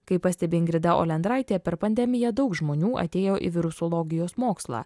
kaip pastebi ingrida olendraitė per pandemiją daug žmonių atėjo į virusologijos mokslą